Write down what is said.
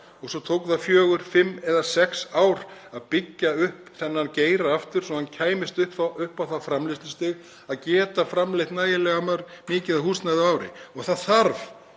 og svo tók það fjögur, fimm eða sex ár að byggja þennan geira upp aftur svo að hann kæmist upp á það framleiðslustig að geta framleitt nægilega mikið af húsnæði á ári. Það þarf